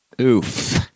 Oof